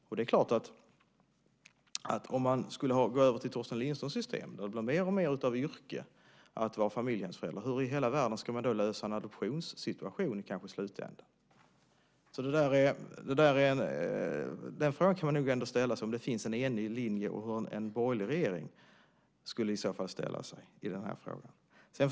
Om man går över till Torsten Lindströms system där det blir mer och mer av ett yrke att vara familjehemsförälder, hur i hela världen ska man då lösa en adoptionssituation i slutändan? Man kan fråga sig om det finns en enig linje och hur en borgerlig regering skulle ställa sig i den här frågan.